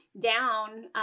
down